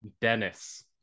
Dennis